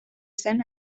zen